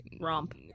Romp